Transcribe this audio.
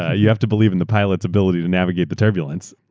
ah you have to believe in the pilotaeurs ability to navigate the turbulence.